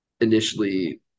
initially